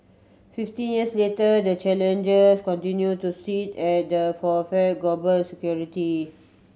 fifteen years later the challenges continue to sit at the for fear global security